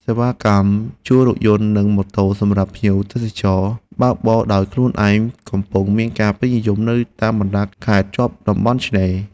សេវាកម្មជួលរថយន្តនិងម៉ូតូសម្រាប់ភ្ញៀវទេសចរបើកបរដោយខ្លួនឯងកំពុងមានការពេញនិយមនៅតាមខេត្តជាប់តំបន់ឆ្នេរ។